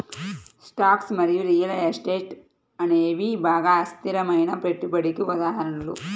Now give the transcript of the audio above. stocks మరియు real estate అనేవి బాగా అస్థిరమైన పెట్టుబడికి ఉదాహరణలు